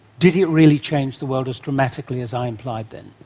did it really change the world as dramatically as i implied there?